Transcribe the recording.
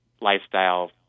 lifestyle